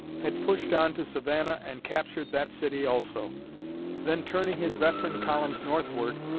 had pushed on to savannah and captured that city also then turning his veteran columns northward,